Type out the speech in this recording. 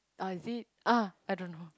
oh is it uh I don't know